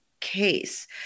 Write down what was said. case